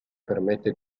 permette